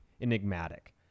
enigmatic